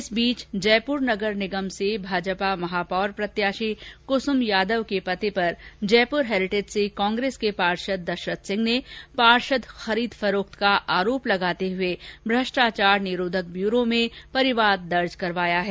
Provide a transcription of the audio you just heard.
इस बीच जयपुर नगर निगम से भाजपा महापौर प्रत्याशी कुसुम यादव के पति पर जयपुर हेरिटेज से कांग्रेस के पार्षद दशरथ सिंह ने पार्षद खरीद फरोख्त का आरोप लगाते हुए भ्रष्टाचार निरोधक ब्यूरो में परिवाद दर्ज करवाया गया है